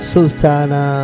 Sultana